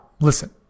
listen